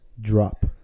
drop